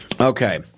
Okay